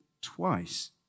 twice